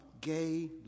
gay